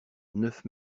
neuf